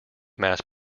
mass